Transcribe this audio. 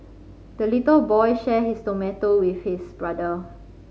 the little boy shared his tomato with his brother